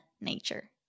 nature